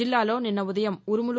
జిల్లాలో నిన్న ఉదయం ఉరుములు